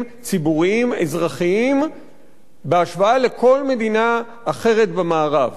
ציבוריים אזרחיים בהשוואה לכל מדינה אחרת במערב,